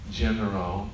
general